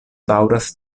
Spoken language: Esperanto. daŭras